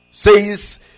Says